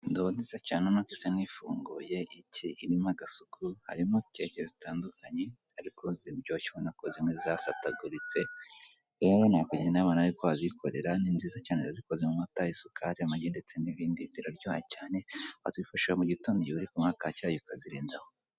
Indobo nziza cyane ubona ko isa nkipfunduye icyeye irimo agasuku irimo keke zimeze neza cyane ariko ziryoshye urabona ko zimwe zisataguye rero nakugira inama yuko nawe wazikorera zikozwe mu mata, isukari, amajyi ndetse n'ibindi ziraryoha cyane wazifashisha mu gitondo igihe urikunywa ka cyayi ukazirenzaho.